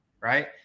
right